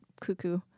cuckoo